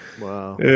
Wow